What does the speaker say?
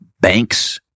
banks